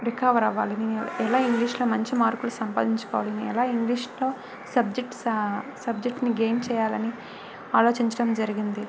recover అవ్వాలి నేను ఎలా ఇంగ్లీష్లో మంచి మార్కులు సంపాదించుకోవాలి నేను ఎలా ఇంగ్లీష్లో సబ్జెక్ట్ స సబ్జెక్ట్ని గైన్ చేయాలని ఆలోచించడం జరిగింది